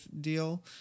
deal